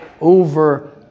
over